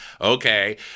Okay